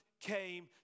came